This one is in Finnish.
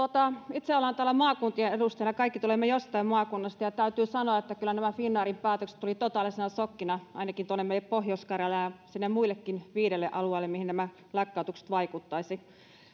itse olen täällä maakuntien edustajana kaikki tulemme jostain maakunnasta ja täytyy sanoa että kyllä nämä finnairin päätökset tulivat totaalisena sokkina ainakin tuonne meille pohjois karjalaan ja muillekin viidelle alueelle mihin nämä lakkautukset vaikuttaisivat